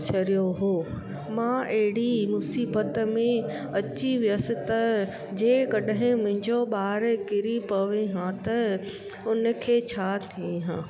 छॾियो हुओ मां अहिड़ी मुसीबत में अची वियसि त जेकॾहिं मुंहिंजो ॿारु किरी पए आहे त उन खे छा थिए आहे